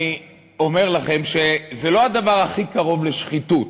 אני אומר לכם שזה לא הדבר הכי קרוב לשחיתות,